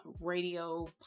radio